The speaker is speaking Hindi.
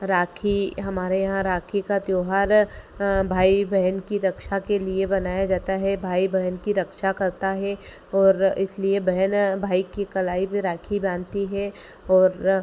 राखी हमारे यहाँ राखी का त्योहार भाई बहन की रक्षा के लिए बनाया जाता हैं भाई बहन की रक्षा करता है और इसलिए बहन भाई की कलाई पे राखी बांधती है और